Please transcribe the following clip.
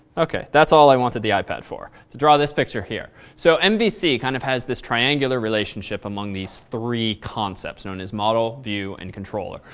ok. that's all i wanted the ipad for, to draw this picture here. so and mvc kind of has this triangular relationship among these three concepts known as model, view, and controller.